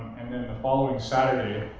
and then the following saturday,